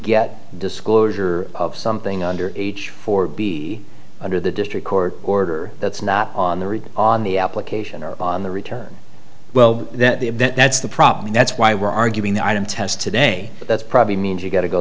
get disclosure of something under age four be under the district court order that's not on the read on the application or on the return well that's the problem and that's why we're arguing the item test today that's probably means you've got to go